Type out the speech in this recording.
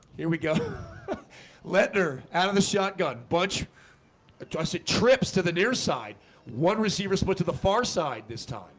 here we go let her out of the shotgun bunch ah toss, it trips to the near side one receiver split to the far side this time